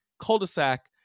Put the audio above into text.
cul-de-sac